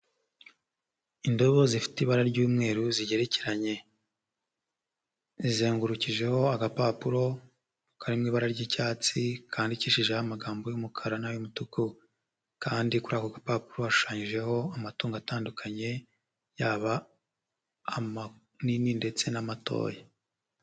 Indobo zifite ibara ry'umweru zigerekeranye. Zizengurukijeho agapapuro kari mu ibara ry'icyatsi kandikishijeho amagambo y'umukara n'ay'umutuku kandi kuri ako gapapuro hashushanyijeho amatungo atandukanye, yaba amanini ndetse n'amatoya.